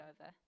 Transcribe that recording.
over